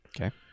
Okay